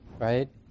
right